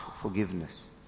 forgiveness